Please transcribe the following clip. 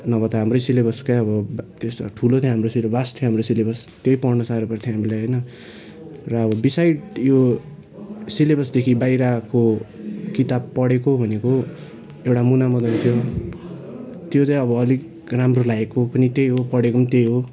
नभए त हाम्रै सिलेबसकै अब त्यो ठुलो थियो हाम्रो सिलेबस भास्ट थियो हाम्रो सिलेबस त्यही पढ्नु साह्रो पर्थ्यो हामीलाई होइन र बिसाइड यो सिलेबसदेखि बाहिरको किताब पढेको भनेको एउटा मुना मदन थियो त्यो चाहिँ अब अलिक राम्रो लागेको पनि त्यही हो पढेको पनि त्यही हो